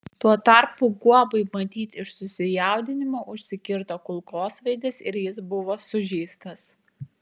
tuo tarpu guobai matyt iš susijaudinimo užsikirto kulkosvaidis ir jis buvo sužeistas